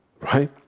right